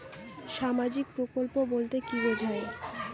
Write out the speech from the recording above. সামাজিক প্রকল্প বলতে কি বোঝায়?